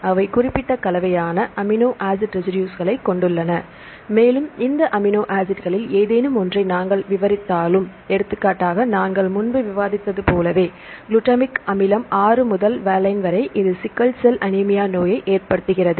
எனவே அவை குறிப்பிட்ட கலவையான அமினோ ஆசிட் ரெசிடுஸ்களைக் கொண்டுள்ளன மேலும் இந்த அமினோ ஆசிட்களில் ஏதேனும் ஒன்றை நாங்கள் விவரித்தாலும் எடுத்துக்காட்டாக நாங்கள் முன்பு விவாதித்தது போல குளுட்டமிக் அமிலம் 6 முதல் வாலைன் வரை இது சிக்கெல் செல் அனீமியா நோயை ஏற்படுத்துகிறது